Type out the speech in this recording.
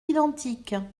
identiques